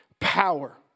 power